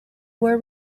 were